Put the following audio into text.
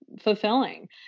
fulfilling